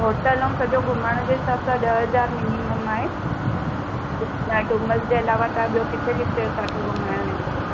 hotel ऐं सॼो घुमण जे हिसाबु सां ॾह हज़ार मिनिम्म आहे या डुमस जे इलावा तव्हां ॿियो किथे किथे असांखे घुमाइण वेंदव